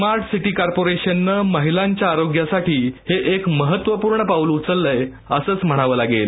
smart city कॉर्पोरिशननं महिलांच्या आरोग्यासाठी हे एक महत्त्वपूर्ण पाऊल उचललंय असंच म्हणावं लागेल